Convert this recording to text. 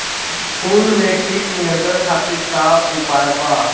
फूल में कीट नियंत्रण खातिर का उपाय बा?